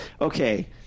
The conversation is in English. okay